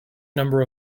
number